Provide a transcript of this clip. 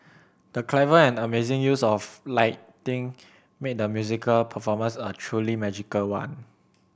the clever and amazing use of lighting made the musical performance a truly magical one